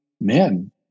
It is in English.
men